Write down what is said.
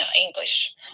English